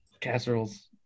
Casseroles